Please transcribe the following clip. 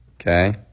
Okay